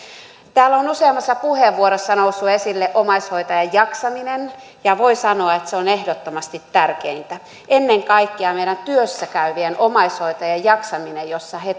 täällä on useammassa puheenvuorossa noussut esille omaishoitajien jaksaminen ja voi sanoa että se on ehdottomasti tärkeintä ennen kaikkea meidän työssä käyvien omaishoitajiemme jaksaminen he